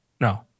no